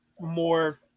more